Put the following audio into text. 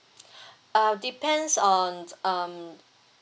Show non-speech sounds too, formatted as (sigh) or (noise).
(breath) uh depends on um